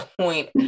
point